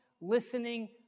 listening